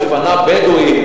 שהיא מפנה בדואים,